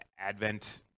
Advent